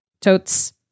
Totes